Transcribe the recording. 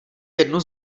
jednu